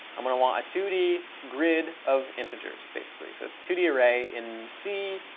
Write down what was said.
i'm going to want a two d grid of integers, basically. so it's two d array in c.